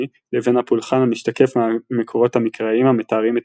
לבין הפולחן המשתקף מהמקורות המקראיים המתארים את